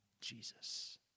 Jesus